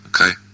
okay